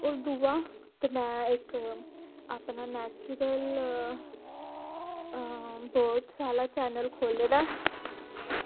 ओह् दूआ में अपना मेक्सीबल बर्डस आह्ला चैनल खोल्ले दा ऐ